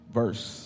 verse